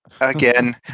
again